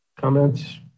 comments